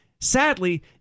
sadly